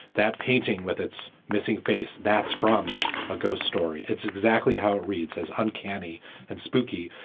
that painting with its missing face. that's from a ghost story. it's exactly how it reads as uncanny and spooky.